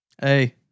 Hey